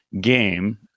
game